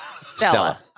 Stella